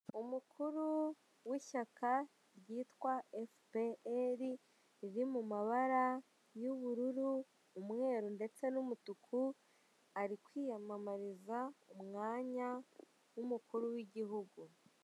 Umukuru w'ishyaka ryitwa FPR riri mu mabara y'ubururu, umweru ndetse n'umutuku. Ari kwiyamamariza umwanya w'umukuru w'igihugu.